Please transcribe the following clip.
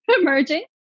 emerging